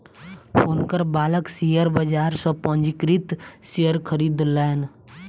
हुनकर बालक शेयर बाजार सॅ पंजीकृत शेयर खरीदलैन